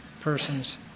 person's